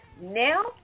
Now